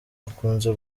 bakunze